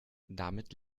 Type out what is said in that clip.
damit